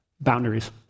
boundaries